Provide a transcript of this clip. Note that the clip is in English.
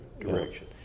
direction